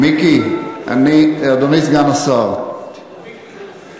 מיקי, אדוני סגן השר, מיקי זה בסדר.